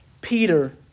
Peter